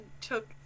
took